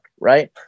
Right